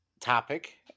topic